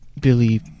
Billy